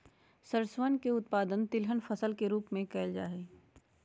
सरसोवन के उत्पादन तिलहन फसल के रूप में कइल जाहई